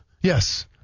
yes